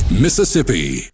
Mississippi